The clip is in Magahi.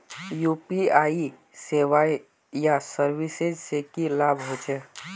यु.पी.आई सेवाएँ या सर्विसेज से की लाभ होचे?